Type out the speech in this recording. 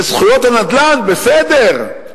בזכויות הנדל"ן בסדר,